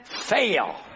fail